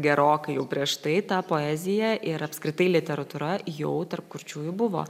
gerokai jau prieš tai ta poezija ir apskritai literatūra jau tarp kurčiųjų buvo